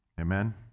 Amen